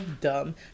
dumb